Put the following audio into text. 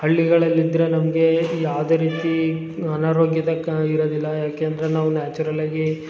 ಹಳ್ಳಿಗಳಲ್ಲಿದ್ದರೆ ನಮಗೆ ಯಾವುದೇ ರೀತಿ ಅನಾರೋಗ್ಯದ ಕಾ ಇರೊದಿಲ್ಲ ಯಾಕೆ ಅಂದರೆ ನಾವು ನ್ಯಾಚುರಲ್ಲಾಗಿ